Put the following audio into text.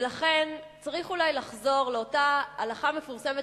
ולכן צריך אולי לחזור לאותה הלכה מפורסמת